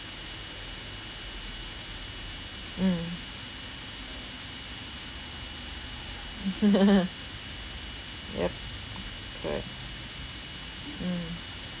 mm yup correct mm